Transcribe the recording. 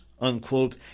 unquote